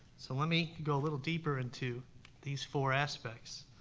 so let me go a little deeper into these four aspects.